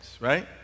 right